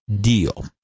deal